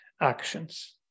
actions